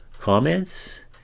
comments